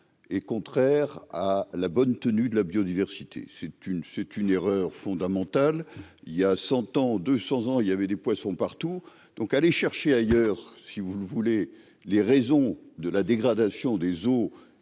et contraire à la bonne tenue de la biodiversité, c'est une, c'est une erreur fondamentale, il y a 100 ans, 200 ans, il y avait des poissons partout donc aller chercher ailleurs, si vous voulez, les raisons de la dégradation des eaux